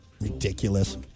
Ridiculous